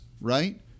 right